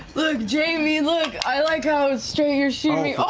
look, jamie, look, i like how straight you're shooting me. oh.